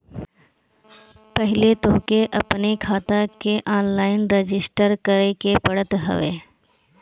पहिले तोहके अपनी खाता के ऑनलाइन रजिस्टर करे के पड़त हवे